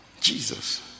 Jesus